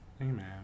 Amen